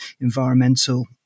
environmental